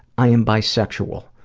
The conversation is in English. i am bisexual.